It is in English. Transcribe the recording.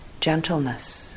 gentleness